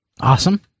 awesome